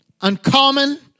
uncommon